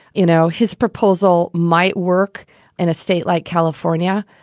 you know, his proposal might work in a state like california,